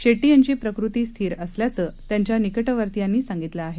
शेट्टी यांची प्रकृती स्थिर असल्याचं त्यांच्या निकटवर्तीयांनी सांगितलं आहे